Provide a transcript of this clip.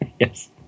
Yes